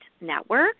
Network